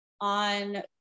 on